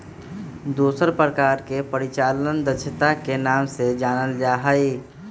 दूसर प्रकार के परिचालन दक्षता के नाम से जानल जा हई